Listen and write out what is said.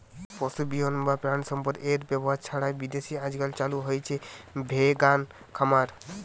পশুবিহীন বা প্রাণিসম্পদএর ব্যবহার ছাড়াই বিদেশে আজকাল চালু হইচে ভেগান খামার